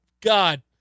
God